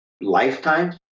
lifetime